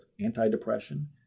anti-depression